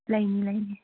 ꯂꯩꯅꯤ ꯂꯩꯅꯤ